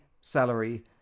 salary